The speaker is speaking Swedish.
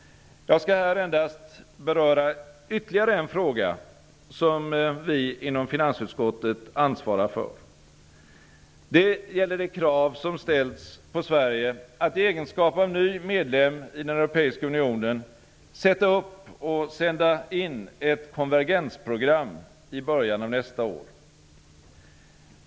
Jag skall här endast beröra ytterligare en fråga som vi inom finansutskottet ansvarar för. Det gäller det krav som ställs på Sverige att i egenskap av ny EU-medlem sätta upp och sända in ett konvergensprogram i början av nästa år.